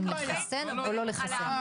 האם לחסן או לא לחסן.